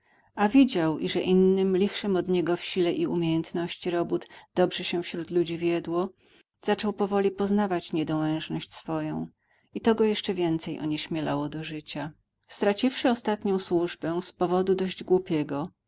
a widział iże innym lichszym od niego w sile i umiejętności robót dobrze się wśród ludzi wiedło zaczął powoli poznawać niedołężność swoją i to go jeszcze więcej onieśmielało do życia straciwszy ostatnią służbę z powodu dosyć głupiego